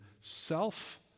self